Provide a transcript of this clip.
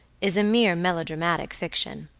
is a mere melodramatic fiction.